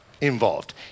involved